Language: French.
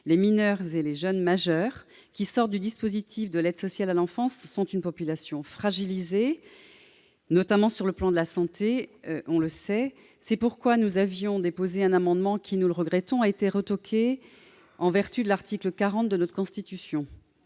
Les mineurs et les jeunes majeurs qui sortent du dispositif de l'aide sociale à l'enfance sont une population fragilisée, notamment sur le plan de la santé. C'est pourquoi nous avions déposé un amendement qui, nous le regrettons, a été retoqué sur le fondement de l'article 40 de la Constitution.